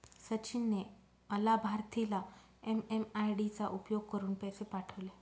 सचिन ने अलाभार्थीला एम.एम.आय.डी चा उपयोग करुन पैसे पाठवले